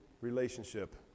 relationship